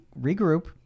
regroup